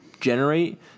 generate